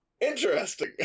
interesting